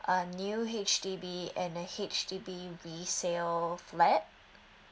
a new H_D_B and a H_D_B resale flat